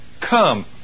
Come